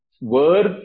word